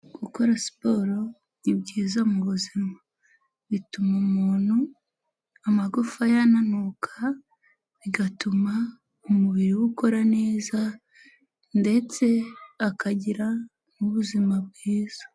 Gukora siporo ni byiza mu buzima, bituma umuntu amagufa ye ananuka bigatuma umubiri ukora neza ndetse akagira n'ubuzima bwiza.